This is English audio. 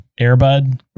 Airbud